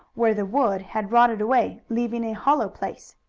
where the wood had rotted away, leaving a hollow place.